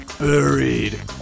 Buried